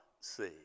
see